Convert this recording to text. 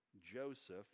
Joseph